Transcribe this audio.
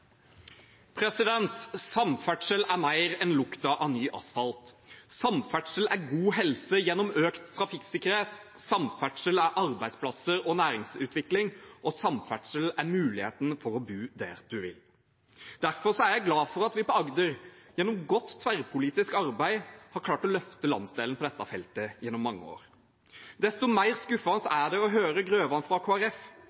god helse gjennom økt trafikksikkerhet, samferdsel er arbeidsplasser og næringsutvikling, og samferdsel er muligheten for å bo der en vil. Derfor er jeg glad for at vi for Agder, gjennom godt tverrpolitisk arbeid, har klart å løfte landsdelen på dette feltet gjennom mange år. Desto mer skuffende